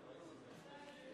גברתי השרה,